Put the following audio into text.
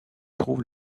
trouve